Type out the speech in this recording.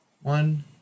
one